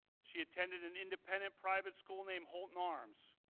she attended an independent private school name holton arms.